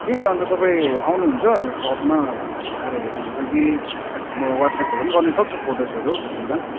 के अन्त तपाईँ आउनुहुन्छ सपमा अँ आएर हेर्नुहुन्छ कि म वाट्सएपहरू पनि गर्न सक्छु फोटोसहरू कतिवटा